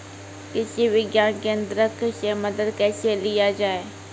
कृषि विज्ञान केन्द्रऽक से मदद कैसे लिया जाय?